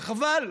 וחבל,